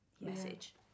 message